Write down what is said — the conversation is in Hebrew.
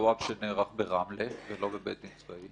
דוואבשה נערך ברמלה ולא בבית דין צבאי?